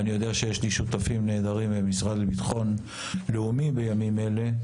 ואני יודע שיש לי שותפים נהדרים במשרד לביטחון לאומי בימים אלה,